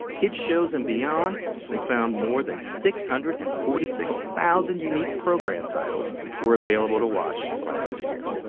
kids' shows and beyond they found more than six hundred and forty six thousand unique program titles were available to watch last year.